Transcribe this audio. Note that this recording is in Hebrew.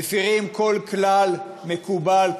מפֵרים כל כלל מקובל,